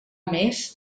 més